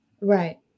Right